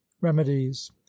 remedies